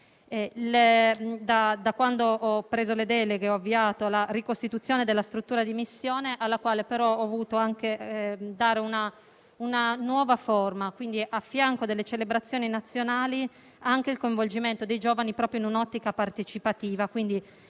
Da quando ho assunto le deleghe, ho avviato la ricostituzione della struttura di missione, alla quale, però, ho voluto anche dare una nuova forma. Quindi, accanto alle celebrazioni nazionali, vi è anche il coinvolgimento dei giovani, proprio in un'ottica partecipativa: